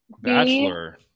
Bachelor